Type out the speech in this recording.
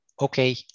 okay